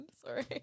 Sorry